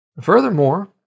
Furthermore